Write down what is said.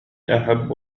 أحب